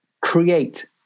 create